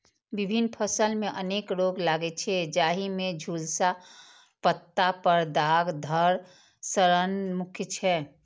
विभिन्न फसल मे अनेक रोग लागै छै, जाहि मे झुलसा, पत्ता पर दाग, धड़ सड़न मुख्य छै